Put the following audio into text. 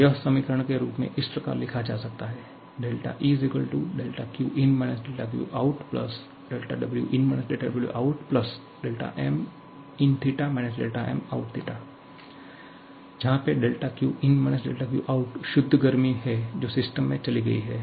तो यह समीकरण के रूप में इस प्रकार लिखा जा सकता है δE δQin - δQout δWin - δWout δminθ- δmoutθ जहा पे δQin - δQout शुद्ध गर्मी है जो सिस्टम में चली गई है